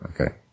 okay